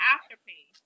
Afterpay